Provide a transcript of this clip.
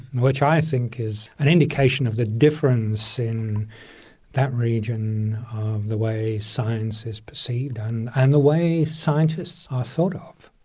which i think is an indication of the difference in that region of the way science is perceived and and the way scientists are thought of.